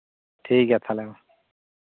ᱴᱷᱤᱠ ᱜᱮᱭᱟ ᱛᱟᱦᱚᱞᱮ ᱢᱟ